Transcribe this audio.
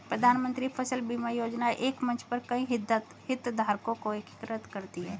प्रधानमंत्री फसल बीमा योजना एक मंच पर कई हितधारकों को एकीकृत करती है